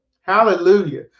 Hallelujah